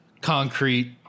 concrete